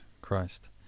Christ